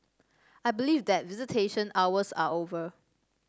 I believe that visitation hours are over